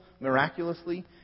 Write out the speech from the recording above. miraculously